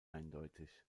eindeutig